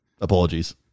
apologies